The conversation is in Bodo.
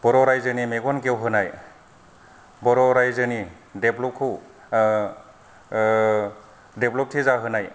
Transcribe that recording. बर' रायजोनि मेगन गेवहोनाय बर' रायजोनि देब्लबखौ देब्लबथि जाहोनाय